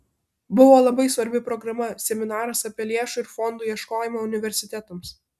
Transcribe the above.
buvo labai svarbi programa seminaras apie lėšų ir fondų ieškojimą universitetams